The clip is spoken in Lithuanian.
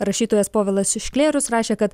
rašytojas povilas šklėrius rašė kad